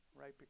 right